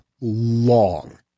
long